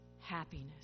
happiness